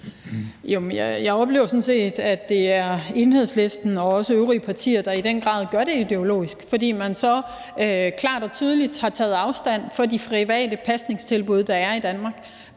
jeg oplever sådan set, at det er Enhedslisten og også øvrige partier, der i den grad gør det ideologisk, fordi man så klart og tydeligt har taget afstand fra de private pasningstilbud, der er i Danmark,